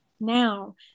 now